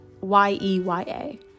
y-e-y-a